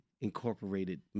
incorporated